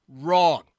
Wrong